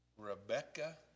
Rebecca